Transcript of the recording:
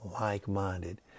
like-minded